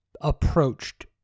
approached